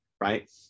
right